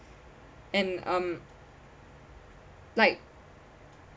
and um like